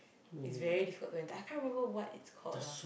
is very difficult to enter I can't remember what it's called lah